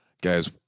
Guys